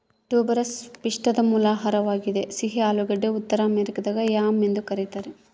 tuberous ಪಿಷ್ಟದ ಮೂಲ ಆಹಾರವಾಗಿದೆ ಸಿಹಿ ಆಲೂಗಡ್ಡೆ ಉತ್ತರ ಅಮೆರಿಕಾದಾಗ ಯಾಮ್ ಎಂದು ಕರೀತಾರ